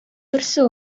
берсе